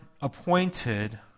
appointed